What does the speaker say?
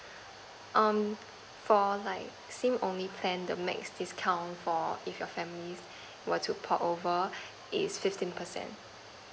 um for like sim only plan the max discount for if your family want to port over is fifteen percent